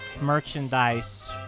merchandise